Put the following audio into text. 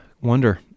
wonder